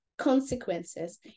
consequences